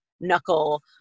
knuckle